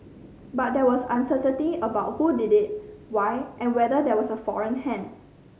but there was uncertainty about who did it why and whether there was a foreign hand